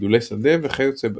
גדולי שדה וכיוצא בזה.